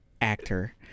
actor